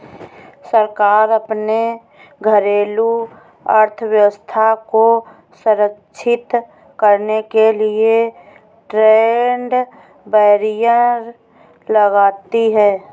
सरकार अपने घरेलू अर्थव्यवस्था को संरक्षित करने के लिए ट्रेड बैरियर लगाती है